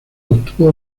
obtuvo